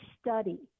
study